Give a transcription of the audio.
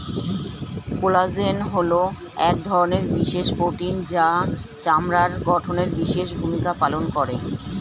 collagen হলো এক ধরনের বিশেষ প্রোটিন যা চামড়ার গঠনে বিশেষ ভূমিকা পালন করে